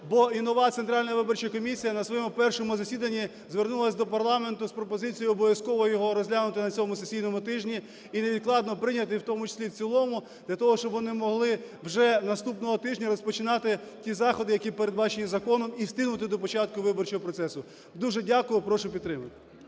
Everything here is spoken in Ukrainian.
бо і нова Центральна виборча комісія на своєму першому засіданні звернулась до парламенту з пропозицією обов'язково його розглянути на цьому сесійному тижні і невідкладно прийняти, в тому числі і в цілому для того, щоб вони могли вже наступного тижня розпочинати ті заходи, які передбачені законом, і встигнути до початку виборчого процесу. Дуже дякую. Прошу підтримати.